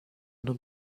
non